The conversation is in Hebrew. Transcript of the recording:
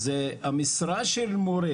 אז המשרה של מורה,